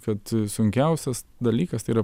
kad sunkiausias dalykas tai yra